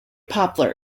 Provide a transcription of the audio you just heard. poplar